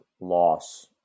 loss